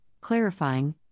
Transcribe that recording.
clarifying